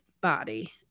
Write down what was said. body